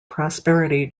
prosperity